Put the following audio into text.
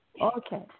Okay